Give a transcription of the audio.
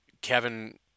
Kevin